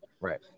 right